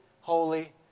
holy